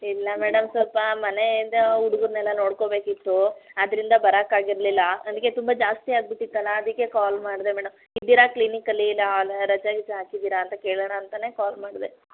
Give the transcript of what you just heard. ಇಲ್ಲ ಮೇಡಮ್ ಸ್ವಲ್ಪ ಮನೆಯಿಂದ ಹುಡುಗ್ರನೆಲ್ಲ ನೋಡ್ಕೊಬೇಕಿತ್ತು ಆದ್ದರಿಂದ ಬರೋಕ್ಕಾಗಿರ್ಲಿಲ್ಲ ನನಗೆ ತುಂಬ ಜಾಸ್ತಿ ಆಗಿಬಿಟ್ಟಿತ್ತಲ್ಲ ಅದಕ್ಕೆ ಕಾಲ್ ಮಾಡಿದೆ ಮೇಡಮ್ ಇದ್ದೀರಾ ಕ್ಲಿನಿಕಲ್ಲಿ ಇಲ್ಲ ರಜ ಗಿಜ ಹಾಕಿದ್ದೀರಾ ಅಂತ ಕೇಳೋಣಾಂತನೇ ಕಾಲ್ ಮಾಡಿದೆ